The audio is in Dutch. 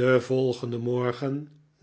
den volgenden morgen